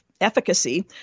efficacy